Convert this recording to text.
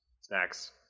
snacks